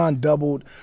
doubled